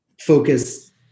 focus